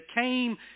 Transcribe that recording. came